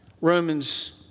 Romans